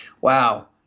Wow